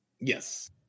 Yes